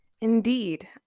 Indeed